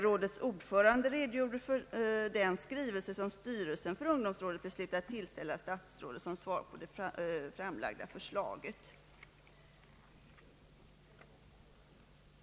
Rådets ordförande redogjorde för den skrivelse som styrelsen för statens ungdomsråd beslutat tillställa statsrådet som svar på det framlagda förslaget.